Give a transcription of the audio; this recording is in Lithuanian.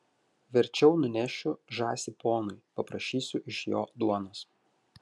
verčiau nunešiu žąsį ponui paprašysiu iš jo duonos